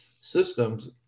systems